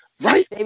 Right